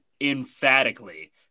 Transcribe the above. emphatically